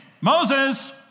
Moses